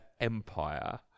empire